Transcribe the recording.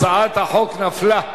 הצעת החוק נפלה.